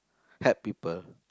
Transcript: help people